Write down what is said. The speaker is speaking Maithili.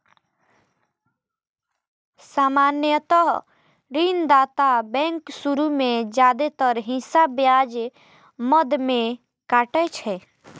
सामान्यतः ऋणदाता बैंक शुरू मे जादेतर हिस्सा ब्याज मद मे काटै छै